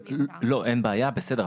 לא, אין בעיה, בסדר.